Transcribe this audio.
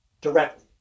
directly